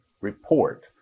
report